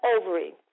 ovary